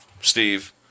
Steve